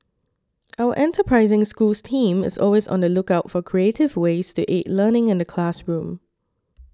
our enterprising Schools team is always on the lookout for creative ways to aid learning in the classroom